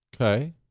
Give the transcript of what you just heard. Okay